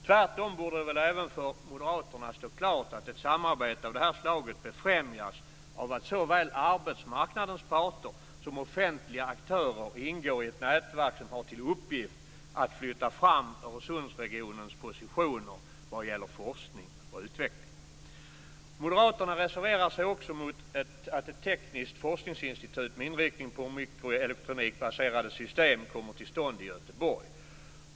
Tvärtom borde det väl även för moderaterna stå klart att ett samarbete av det här slaget befrämjas av att såväl arbetsmarknadens parter som offentliga aktörer ingår i ett nätverk som har till uppgift att flytta fram Öresundsregionens positioner vad gäller forskning och utveckling. Moderaterna reserverar sig också mot att ett tekniskt forskningsinstitut med inriktning på mikroelektronikbaserade system kommer till stånd i Göteborg.